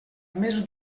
més